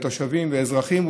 של תושבים ואזרחים,